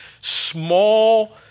small